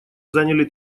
заняли